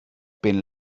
been